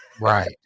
right